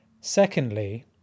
Secondly